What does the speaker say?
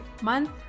month